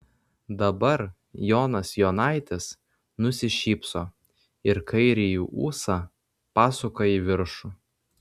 dabar jonas jonaitis nusišypso ir kairįjį ūsą pasuka į viršų